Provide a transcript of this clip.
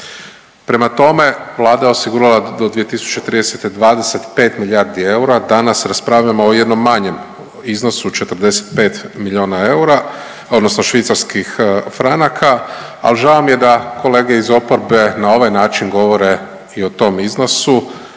Prema tome, Vlada je osigurala do 2030. 25 milijardi eura, danas raspravljamo o jednom manjem iznosu, od 45 milijuna eura odnosno švicarskih franaka, al žao mi je da kolege iz oporbe na ovaj način govore i o tom iznosu